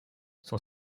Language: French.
son